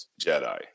Jedi